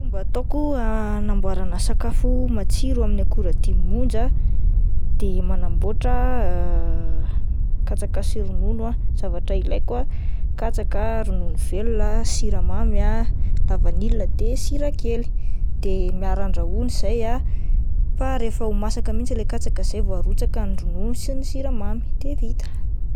Fomba ataoko hanamboarana sakafo matsiro amin'ny akora dimy monja de manaboatra katsaka sy ronono ah, zavatra ilaiko ah: katsaka, ronono velona, siramamy ah, lavanila de sira kely, de miara-andrahoana izay ah fa rehefa ho masaka mihintsy ilay katsaka izay vao arotsaka ny ronono sy ny siramamy de vita.